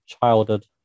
childhood